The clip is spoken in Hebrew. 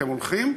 אתם הולכים,